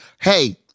Hey